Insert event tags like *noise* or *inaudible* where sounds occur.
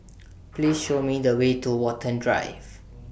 *noise* Please Show Me The Way to Watten Drive